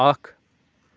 اَکھ